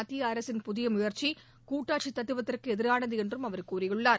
மத்திய அரசின் புதிய முயற்சி கூட்டாட்சி தத்துவத்திற்கு எதிரானது என்றும் அவர் கூறியுள்ளார்